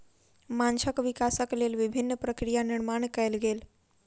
माँछक विकासक लेल विभिन्न प्रक्रिया निर्माण कयल गेल